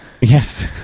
yes